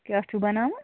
کیٛاہ چھُو بَناوُن